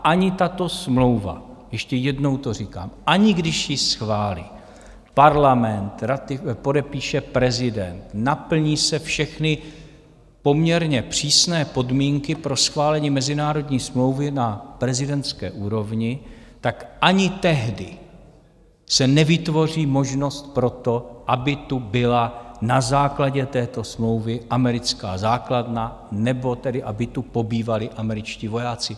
Ani tato smlouva, ještě jednou to říkám, ani když ji schválí Parlament, podepíše prezident, naplní se všechny poměrně přísné podmínky pro schválení mezinárodní smlouvy na prezidentské úrovni, tak ani tehdy se nevytvoří možnost pro to, aby tu byla na základě této smlouvy americká základna nebo aby tu pobývali američtí vojáci.